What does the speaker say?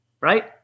right